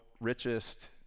richest